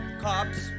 cops